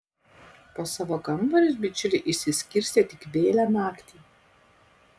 po savo kambarius bičiuliai išsiskirstė tik vėlią naktį